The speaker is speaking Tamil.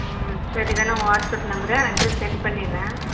ம் சரி இதுதானே உங்கள் வாட்ஸ்அப் நம்பரு அட்ரஸ் செண்ட் பண்ணிடுறேன்